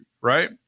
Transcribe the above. Right